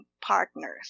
partners